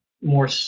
more